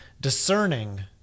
discerning